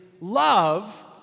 love